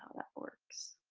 um that works.